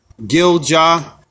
Gilja